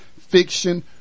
fiction